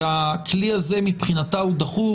שהכלי הזה מבחינה הוא דחוף,